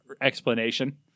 explanation